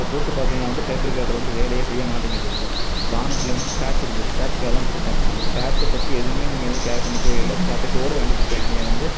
இப்போ போட்டு பார்த்திங்கனா வந்து டேப்ரிக்கார்டர் வந்து வேலை செய்ய மாட்டேங்குது இப்போ பானட்டில் வந்து ஸ்க்ராக்ட்ச் இருந்துச்சி ஸ்க்ராட்ச்க்காக தான் குடுத்தேன் அந்த ஸ்க்ராக்ட்ச்சை பற்றி எதுவுமே நீங்கள் வந்து கேர் பண்ணிக்கவே இல்லை ஸ்க்ராக்ட்ச்சஸோடு வண்டி கொடுத்துருக்கீங்க வந்து